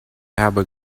habe